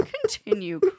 Continue